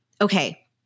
okay